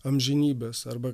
amžinybės arba